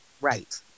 right